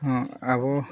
ᱦᱮᱸ ᱟᱵᱚ